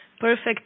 perfect